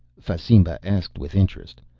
fasimba asked with interest.